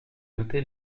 noté